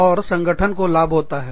और संगठन को लाभ होता है